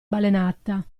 balenata